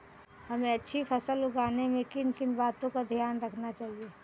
हमें अच्छी फसल उगाने में किन किन बातों का ध्यान रखना चाहिए?